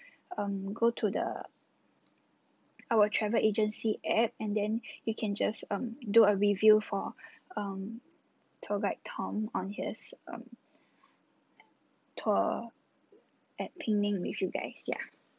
um go to the our travel agency app and then you can just um do a review for um tour guide tom on his um tour at penang with you guys ya